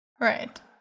right